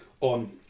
on